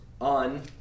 On